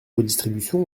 redistribution